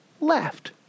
left